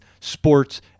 sports